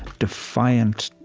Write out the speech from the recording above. defiant,